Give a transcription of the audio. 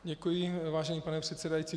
Děkuji, vážený pane předsedající.